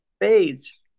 fades